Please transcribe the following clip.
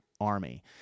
army